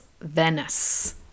Venice